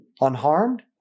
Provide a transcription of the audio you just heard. unharmed